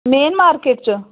main market च